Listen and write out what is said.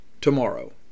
tomorrow